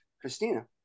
Christina